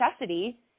necessity